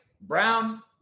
brown